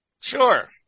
Sure